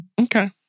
Okay